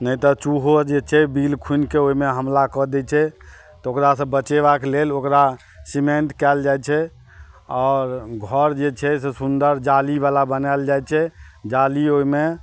नहि तऽ चूहो जे छै बिल खुनिके ओहिमे हमला कऽ दै छै तऽ ओकरा सँ बचेबाक लेल ओकरा सीमेन्ट कयल जाइ छै आओर घर जे छै से सुन्दर जाली बला बनाएल जाइ छै जाली ओहिमे